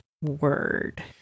word